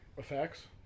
effects